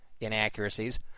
inaccuracies